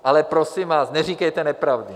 Ale prosím vás, neříkejte nepravdy.